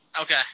Okay